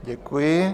Děkuji.